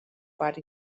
part